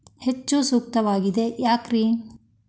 ಹೆಚ್ಚು ಸೂಕ್ತವಾಗಿದೆ ಯಾಕ್ರಿ?